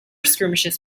skirmishes